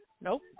Nope